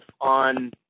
on